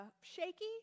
shaky